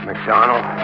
McDonald